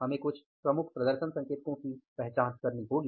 हमें कुछ प्रमुख प्रदर्शन संकेतकों की पहचान करनी होगी